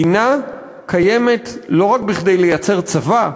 מדינה קיימת לא רק כדי לייצר צבא,